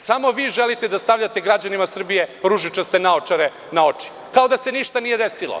Samo vi želite da stavljate građanima Srbije ružičaste naočare na oči, kao da se ništa nije desilo.